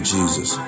Jesus